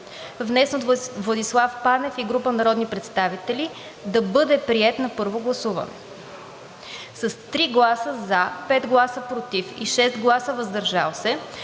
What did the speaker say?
внесен от Владислав Панев и група народни представители, да бъде приет на първо гласуване; - с 3 гласа „за“, 5 гласа „против“ и 6 гласа „въздържал се“,